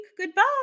goodbye